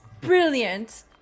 brilliant